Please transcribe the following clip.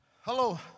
Hello